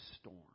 storm